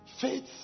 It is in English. faith